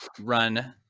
run